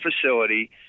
facility